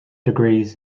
degrees